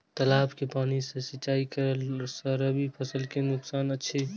तालाब के पानी सँ सिंचाई करला स रबि फसल के नुकसान अछि?